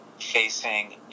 facing